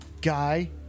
guy